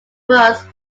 was